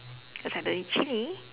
cause I don't eat chili